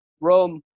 Rome